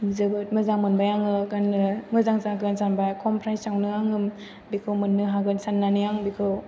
जोबोद मोजां मोनबाय आङो गाननो मोजां जागोन सानबाय खम प्रायजआवनो आङो बेखौ मोननो हागोन साननानै आं बेखौ